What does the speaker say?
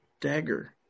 dagger